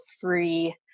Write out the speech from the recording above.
free